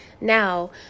Now